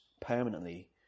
permanently